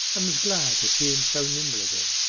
and was glad to see him so nimble again.